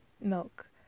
milk